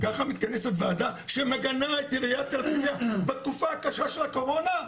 ככה מתכנסת ועדה שמגנה את עיריית הרצליה בתקופה הקשה של הקורונה.